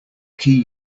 key